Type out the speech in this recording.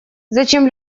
зачем